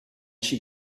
she